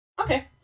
Okay